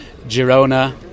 Girona